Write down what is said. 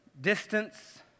distance